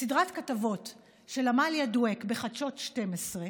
בסדרת כתבות של עמליה דואק בחדשות 12,